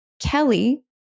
Kelly